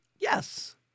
Yes